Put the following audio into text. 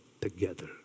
together